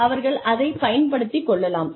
அவர்கள் அதைப் பயன்படுத்திக் கொள்ளலாம்